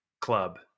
club